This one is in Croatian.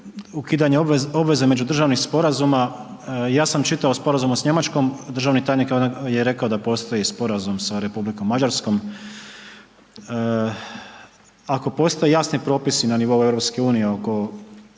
ukidanje obveze međudržavnih sporazuma, ja sam čitao u sporazumu s Njemačkom, državni tajnik je rekao da postoji sporazum sa Republikom Mađarskom, ako postoje jasni propisi na nivou EU oko obaveza